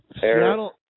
Seattle